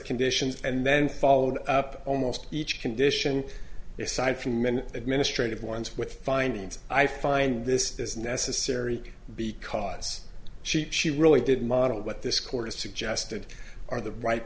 conditions and then followed up almost each dishan aside from men administrative ones with findings i find this is necessary because she she really did model what this court has suggested are the right